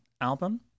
album